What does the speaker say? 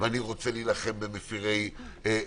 ואני רוצה להילחם במפרי התקנות,